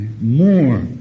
More